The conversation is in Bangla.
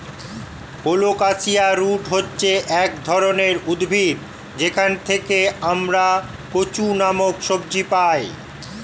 কোলোকাসিয়া রুট হচ্ছে এক ধরনের উদ্ভিদ যেখান থেকে আমরা কচু নামক সবজি পাই